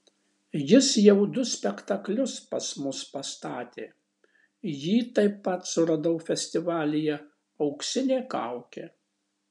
jis jau du spektaklius pas mus pastatė jį taip pat suradau festivalyje auksinė kaukė